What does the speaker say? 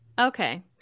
Okay